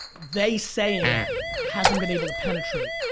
they saying hasn't been able to penetrate.